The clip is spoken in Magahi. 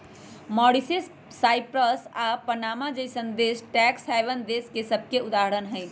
मॉरीशस, साइप्रस आऽ पनामा जइसन्न देश टैक्स हैवन देश सभके उदाहरण हइ